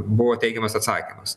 buvo teigiamas atsakymas